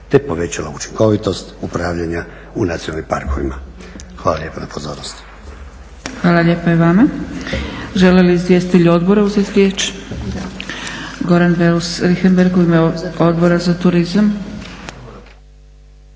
te povećala učinkovitost upravljanja u nacionalnim parkovima. Hvala lijepa na pozornosti. **Zgrebec, Dragica (SDP)** Hvala lijepa i vama. Žele li izvjestitelji odbora uzeti riječ? Goran Beus Richembergh u ime Odbora za turizam.